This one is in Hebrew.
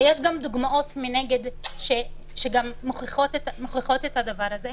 ויש גם דוגמאות מנגד שגם מוכיחות את הדבר הזה.